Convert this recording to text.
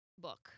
book